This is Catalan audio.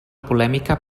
polèmica